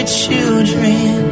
children